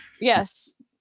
yes